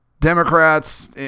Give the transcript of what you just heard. Democrats